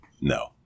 no